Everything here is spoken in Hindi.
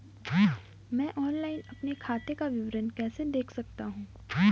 मैं ऑनलाइन अपने खाते का विवरण कैसे देख सकता हूँ?